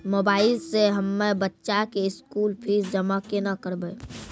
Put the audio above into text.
Mobile से हम्मय बच्चा के स्कूल फीस जमा केना करबै?